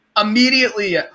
Immediately